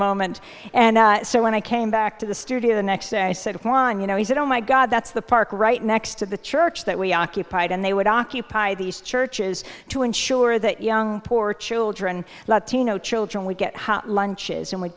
moment and so when i came back to the studio the next day i said klein you know he said oh my god that's the park right next to the church that we occupied and they would occupy these churches to ensure that young poor children latino children would get hot lunches and w